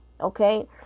okay